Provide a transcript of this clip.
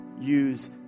Use